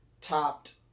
topped